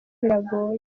biragoye